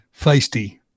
feisty